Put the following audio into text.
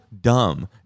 dumb